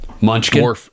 Munchkin